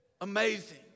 amazing